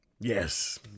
Yes